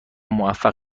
موفق